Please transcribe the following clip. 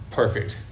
perfect